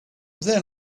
then